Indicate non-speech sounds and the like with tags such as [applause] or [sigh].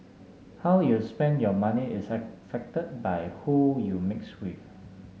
how you spend your money is [unintelligible] affected by who you mix with